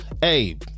hey